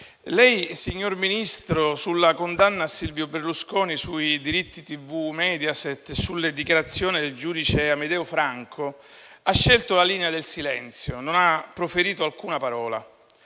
Lei, signor Ministro, sulla condanna a Silvio Berlusconi nel processo sui diritti TV Mediaset e sulle dichiarazioni del giudice Amedeo Franco ha scelto la linea del silenzio: non ha proferito alcuna parola.